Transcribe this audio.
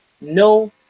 no